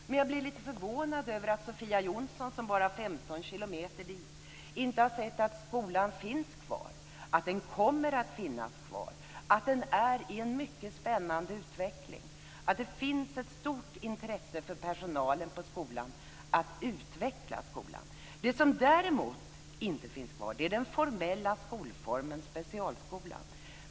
Men jag blev lite förvånad över att Sofia Jonsson, som bara har 15 km dit, inte har sett att skolan finns kvar, att den kommer att finnas kvar, att den befinner sig i en mycket spännande utveckling, att det finns ett stort intresse från personalen på skolan att utveckla skolan. Det som däremot inte finns kvar är den formella skolformen specialskolan.